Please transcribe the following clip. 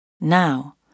Now